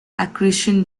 accretion